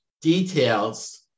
details